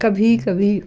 कभी कभी